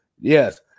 Yes